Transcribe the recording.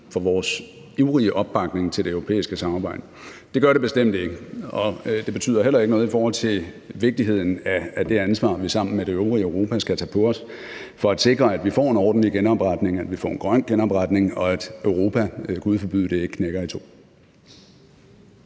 for vores ivrige opbakning til det europæiske samarbejde. Det gør det bestemt ikke, og det betyder heller ikke noget i forhold til vigtigheden af det ansvar, vi sammen med det øvrige Europa skal tage på os, for at sikre, at vi får en ordentlig genopretning, at vi får en grøn genopretning, og at Europa – Gud forbyde det – ikke knækker i to.